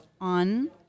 on